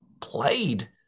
played